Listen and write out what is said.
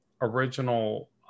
original